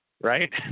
right